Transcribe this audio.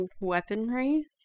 weaponry